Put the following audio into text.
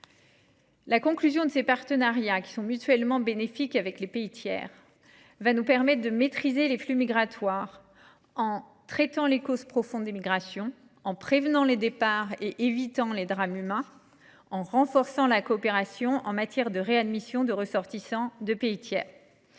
La conclusion de ces partenariats, mutuellement bénéfiques avec les États tiers, permettra de maîtriser les flux migratoires en traitant les causes profondes des migrations, en prévenant les départs pour éviter des drames humains et en renforçant la coopération en matière de réadmission de leurs ressortissants. Nous